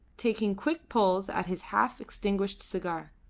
taking quick pulls at his half-extinguished cigar.